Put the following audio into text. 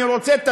אני לא קובע.